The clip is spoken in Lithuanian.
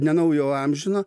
ne naujo o amžino